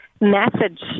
message